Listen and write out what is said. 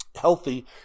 healthy